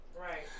right